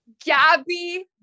Gabby